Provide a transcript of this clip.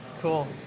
Cool